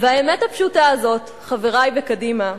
והאמת הפשוטה הזאת, חברי בקדימה,